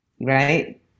right